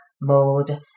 Mode